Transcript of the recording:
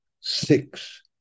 six